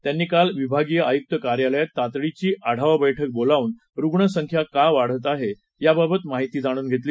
त्यांनी काल विभागीय आयुक्त कार्यालयात तातडीची आढावा बैठक बोलावून रुण संख्या का वाढत आहे याबाबत माहिती जाणून घेतली